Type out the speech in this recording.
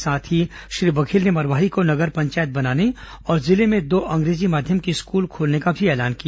साथ ही श्री बघेल ने मरवाही को नगर पंचायत बनाने और जिले में दो अंगेजी माध्यम के स्कूल खोलने का भी ऐलान किया